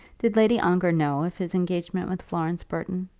did lady ongar know of his engagement with florence burton?